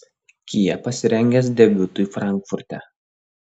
kia pasirengęs debiutui frankfurte